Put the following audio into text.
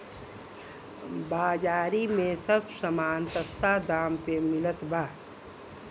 बाजारी में सब समान सस्ता दाम पे मिलत बा